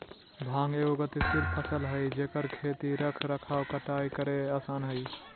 भांग एगो गतिशील फसल हइ जेकर खेती रख रखाव कटाई करेय आसन हइ